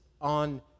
on